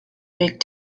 big